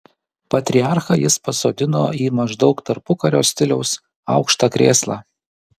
patriarchą jis pasodino į maždaug tarpukario stiliaus aukštą krėslą